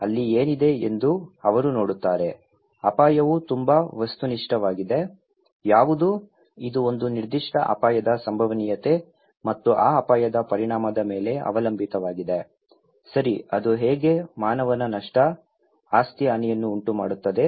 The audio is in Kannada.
ಅಲ್ಲಿ ಏನಿದೆ ಎಂದು ಅವರು ನೋಡುತ್ತಾರೆ ಅಪಾಯವು ತುಂಬಾ ವಸ್ತುನಿಷ್ಠವಾಗಿದೆ ಯಾವುದು ಇದು ಒಂದು ನಿರ್ದಿಷ್ಟ ಅಪಾಯದ ಸಂಭವನೀಯತೆ ಮತ್ತು ಆ ಅಪಾಯದ ಪರಿಣಾಮದ ಮೇಲೆ ಅವಲಂಬಿತವಾಗಿದೆ ಸರಿ ಅದು ಹೇಗೆ ಮಾನವನ ನಷ್ಟ ಆಸ್ತಿ ಹಾನಿಯನ್ನು ಉಂಟುಮಾಡುತ್ತದೆ